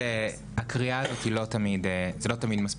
הקריאה הזאת לא תמיד מספיקה.